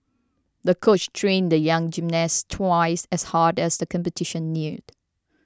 the coach trained the young gymnast twice as hard as the competition neared